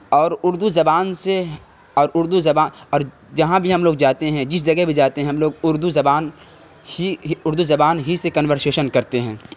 اور اردو زبان سے اور اردو اور جہاں بھی ہم لوگ جاتے ہیں جس جگہ بھی جاتے ہیں ہم لوگ اردو زبان ہی اردو زبان ہی سے کنورشیشن کرتے ہیں